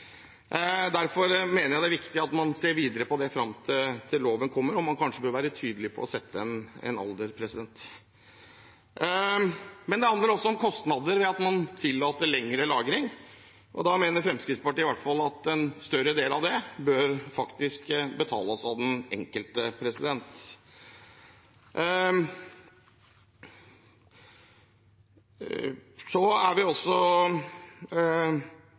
Derfor mener jeg det er viktig at man ser videre på det fram til loven kommer, og at man kanskje bør være tydelig på å sette en aldersgrense. Det handler også om kostnader når man tillater lengre lagring. Da mener Fremskrittspartiet i hvert fall at en større del av det bør faktisk betales av den enkelte. Så til aldersgrense. Vi